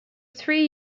three